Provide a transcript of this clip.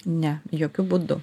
ne jokiu būdu